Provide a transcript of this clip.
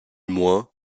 moins